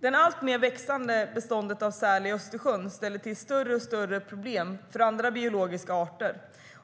Det alltmer växande beståndet av säl i Östersjön ställer till större och större problem för andra biologiska arter.